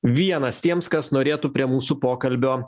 vienas tiems kas norėtų prie mūsų pokalbio